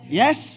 Yes।